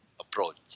approach